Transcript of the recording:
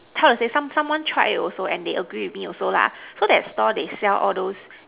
how to say someone tried also and they agree with me also lah so that store they sell all those